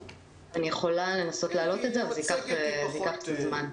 אני יכולה לנסות להעלות את זה אבל זה ייקח קצת זמן.